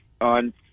on